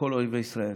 לכל אויבי ישראל: